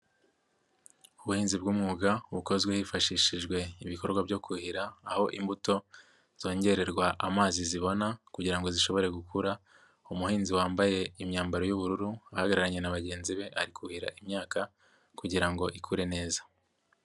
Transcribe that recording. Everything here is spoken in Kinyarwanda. Ubuhinzi bw'umwuga, bukozwe hifashishijwe ibikorwa byo kuhira, aho imbuto zongererwa amazi zibona kugira ngo zishobore gukura, umuhinzi wambaye imyambaro y'ubururu, ahagararanye na bagenzi be, ari kuhira imyaka kugira ngo ikure neza.